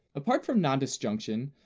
apart from nondisjunction,